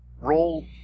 roll